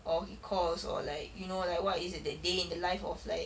or he calls or like you know like what is it that day in the life of like